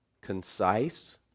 concise